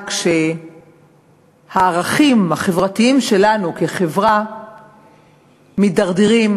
כשהערכים החברתיים שלנו כחברה מידרדרים,